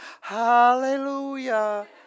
hallelujah